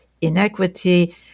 inequity